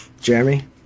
Jeremy